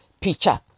picture